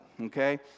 okay